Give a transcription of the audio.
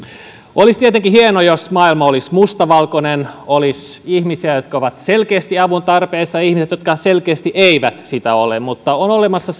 olisi tietenkin hienoa jos maailma olisi mustavalkoinen olisi ihmisiä jotka ovat selkeästi avun tarpeessa ja ihmisiä jotka selkeästi eivät ole mutta on olemassa